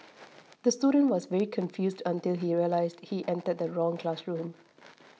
the student was very confused until he realised he entered the wrong classroom